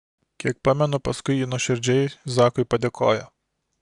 kiek pamenu paskui ji nuoširdžiai zakui padėkojo